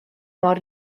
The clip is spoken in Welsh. mor